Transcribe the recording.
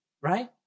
right